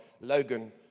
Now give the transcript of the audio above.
Logan